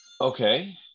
Okay